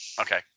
Okay